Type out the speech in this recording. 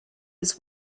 its